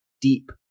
deep